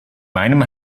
meinem